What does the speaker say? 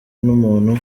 n’umuntu